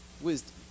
wisdom